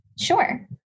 Sure